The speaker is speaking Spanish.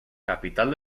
capital